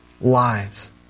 lives